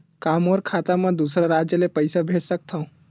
का मोर खाता म दूसरा राज्य ले पईसा भेज सकथव?